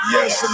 Yes